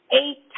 eight